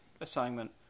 assignment